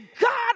God